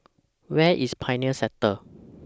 Where IS Pioneer Sector